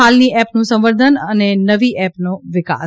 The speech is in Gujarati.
હાલની એપનું સંવર્ધન અને નવી એપનું વિકાસ